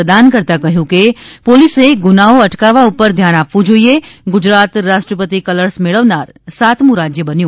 પ્રદાન કરતાં કહ્યું કે પોલીસે ગુનાઓ અટકાવવા પર ધ્યાન આપવું જોઇએ ગુજરાત રાષ્ટ્રપતિ કલર્સ મેળવનાર સાતમું રાજ્ય બન્યું